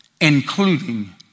including